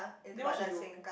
then what she do